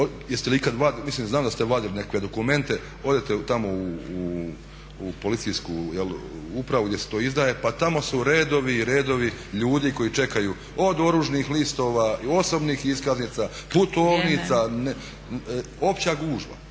znam da ste vadili nekakve dokumente, odete tamo u policijsku upravu gdje se to izdaje pa tamo su redovi i redovi ljudi koji čekaju od oružnih listova, osobnih iskaznica, putovnica, opća gužva